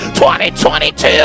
2022